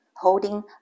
holding